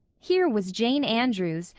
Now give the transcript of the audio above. here was jane andrews,